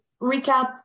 recap